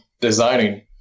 designing